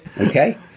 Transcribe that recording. Okay